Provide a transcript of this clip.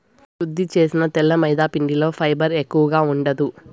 శుద్ది చేసిన తెల్ల మైదాపిండిలో ఫైబర్ ఎక్కువగా ఉండదు